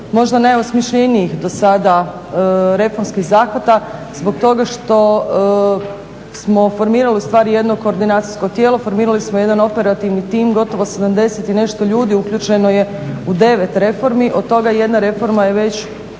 možda najosmišljenijih do sada reformskih zahvata zbog toga što smo formirali ustvari jedno koordinacijsko tijelo, formirali smo jedan operativni tim, gotovo 70 i nešto ljudi uključeno je u 9 reformi od toga jedna reforma je već